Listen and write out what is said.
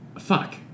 fuck